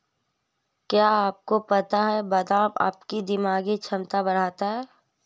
क्या आपको पता है बादाम आपकी दिमागी क्षमता बढ़ाता है?